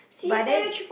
but then